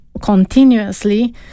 continuously